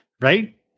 Right